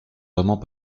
vraiment